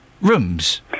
rooms